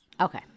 Okay